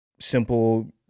simple